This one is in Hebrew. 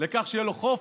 למה שיוציא אותו?